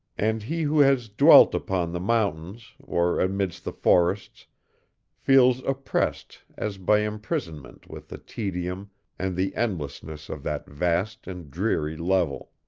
and he who has dwelt upon the mountains or amidst the forests feels oppressed as by imprisonment with the tedium and the endlessness of that vast and dreary level.